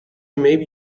maybe